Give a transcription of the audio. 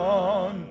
on